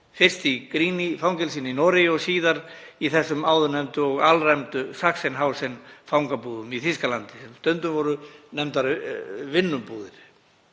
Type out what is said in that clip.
fyrst í Grini-fangelsinu í Noregi og síðar í þessum áðurnefndu og alræmdu Sachsenhausen-fangabúðum í Þýskalandi sem stundum voru nefndar vinnubúðir.